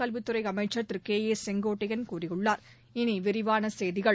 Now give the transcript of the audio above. கல்வித்துறைஅமைச்சர் Thiru K A Sengottaiyan கூறியுள்ளார் இனிவிரிவானசெய்திகள்